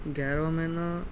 گیارہواں مہینہ